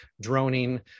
droning